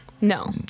No